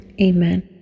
amen